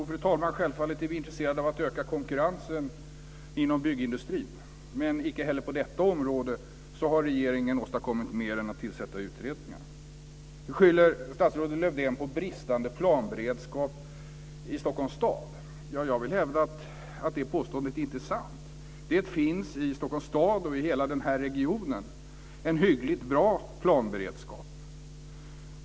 Fru talman! Självfallet är vi intresserade av att öka konkurrensen inom byggindustrin. Men inte heller på det området har regeringen åstadkommit mer än att tillsätta utredningar. Nu skyller statsrådet Lövdén på bristande planberedskap i Stockholms stad. Jag vill hävda att det påståendet inte är sant. Det finns i Stockholms stad och i hela den här regionen en hyggligt bra planberedskap.